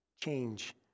change